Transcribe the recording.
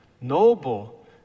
noble